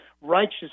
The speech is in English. righteous